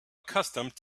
accustomed